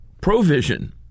provision